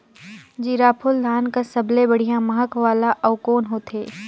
जीराफुल धान कस सबले बढ़िया महक वाला अउ कोन होथै?